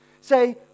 Say